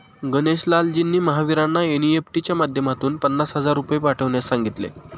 गणेश लालजींनी महावीरांना एन.ई.एफ.टी च्या माध्यमातून पन्नास हजार रुपये पाठवण्यास सांगितले